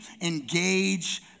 engage